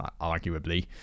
arguably